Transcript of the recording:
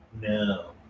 No